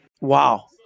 Wow